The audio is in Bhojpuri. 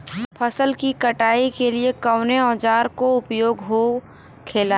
फसल की कटाई के लिए कवने औजार को उपयोग हो खेला?